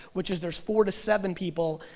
which is there's four to seven people,